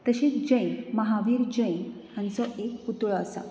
तशीत जैन महावीर जैन हांचो एक पुतळो आसा